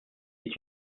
est